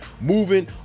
Moving